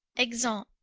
exeunt.